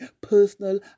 personal